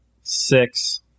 six